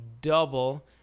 double